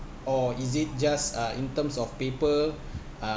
or is it just uh in terms of paper uh